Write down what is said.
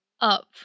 up